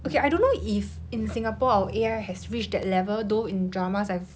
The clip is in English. okay I don't know if in singapore our A_I has reached that level though in dramas I